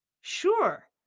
sure